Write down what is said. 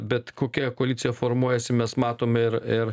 bet kokia koalicija formuojasi mes matom ir ir